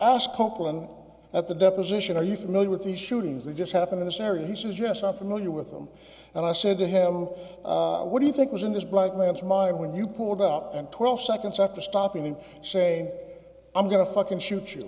asked copeland at the deposition are you familiar with these shootings they just happen in this area he says yes i'm familiar with them and i said to him what do you think was in this black man's mind when you pulled out and twelve seconds after stopping and say i'm going to fucking shoot you